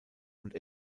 und